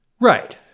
Right